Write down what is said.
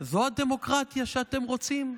זו הדמוקרטיה שאתם רוצים?